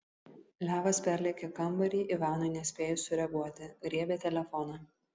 levas perlėkė kambarį ivanui nespėjus sureaguoti griebė telefoną